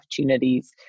opportunities